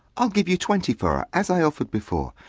i'll give you twenty for her as i offered before,